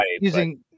using, –